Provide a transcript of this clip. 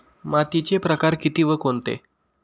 मातीचे प्रकार किती व कोणते?